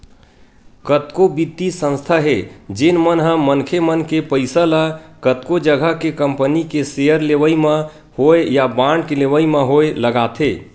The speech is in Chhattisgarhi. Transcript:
कतको बित्तीय संस्था हे जेन मन ह मनखे मन के पइसा ल कतको जघा के कंपनी के सेयर लेवई म होय या बांड के लेवई म होय लगाथे